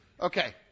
okay